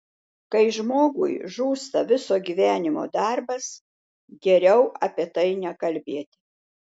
kai žmogui žūsta viso gyvenimo darbas geriau apie tai nekalbėti